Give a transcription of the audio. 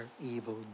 evil